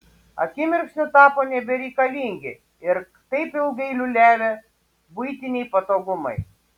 akimirksniu tapo nebereikalingi ir taip ilgai liūliavę buitiniai patogumai